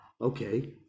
okay